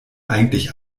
eigentlich